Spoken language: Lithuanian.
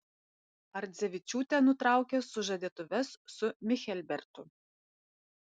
ardzevičiūtė nutraukė sužadėtuves su michelbertu